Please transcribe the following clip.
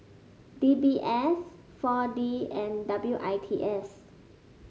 D B S four D and W I T S